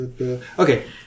Okay